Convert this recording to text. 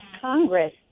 Congress